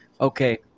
Okay